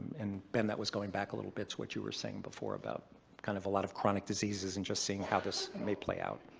and ben, that was going back little bit to what you were saying before about kind of a lot of chronic diseases and just seeing how this may play out.